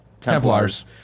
Templars